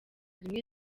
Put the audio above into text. rimwe